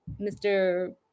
Mr